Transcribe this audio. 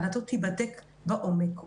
וטענתו תיבדק לעומק,